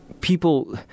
people